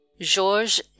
Georges